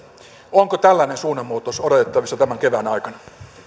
onko tällainen suunnanmuutos odotettavissa tämän kevään aikana